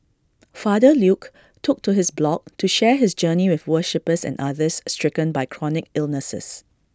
father Luke took to his blog to share his journey with worshippers and others stricken by chronic illnesses